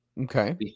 Okay